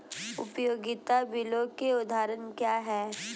उपयोगिता बिलों के उदाहरण क्या हैं?